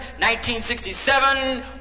1967